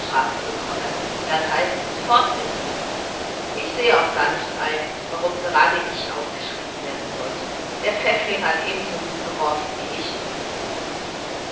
bekomme dann heißt's fort mit dir ich sehe auch gar nicht ein warum gerade ich aufgeschrieben werden sollte der pfäffling hat ebensogut geworfen wie ich